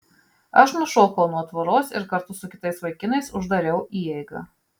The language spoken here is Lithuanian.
aš nušokau nuo tvoros ir kartu su kitais vaikinais uždariau įeigą